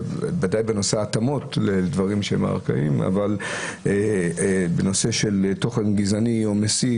ודאי בנושא ההתאמות לדברים --- בנושא של תוכן גזעני או מסית,